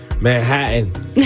Manhattan